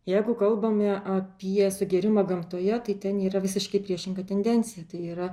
jeigu kalbame apie sugėrimą gamtoje tai ten yra visiškai priešinga tendencija tai yra